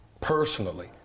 personally